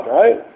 right